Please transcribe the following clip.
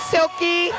Silky